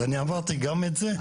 אני עברתי גם את זה,